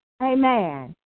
Amen